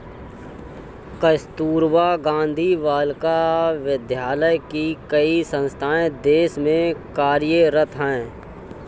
कस्तूरबा गाँधी बालिका विद्यालय की कई संस्थाएं देश में कार्यरत हैं